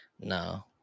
no